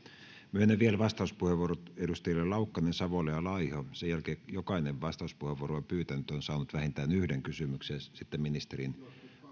myönnän vielä vastauspuheenvuorot edustajille laukkanen savola ja laiho sen jälkeen jokainen vastauspuheenvuoroa pyytänyt on saanut vähintään yhden kysymyksen sitten ministerin